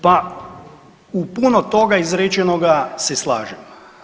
Pa u puno toga izrečenoga se slažem.